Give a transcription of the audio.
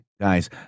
guys